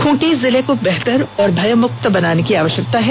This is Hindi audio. खूंटी जिला को बेहतर और भयमुक्त बनाने की आवश्यकता है